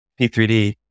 P3D